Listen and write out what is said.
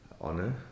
honor